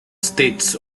states